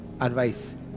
Advice